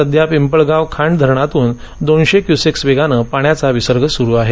सध्या पिंपळगावखांड धरणातून दोनशे क्युसेक वेगानं पाण्याचा विसर्ग सुरू आहे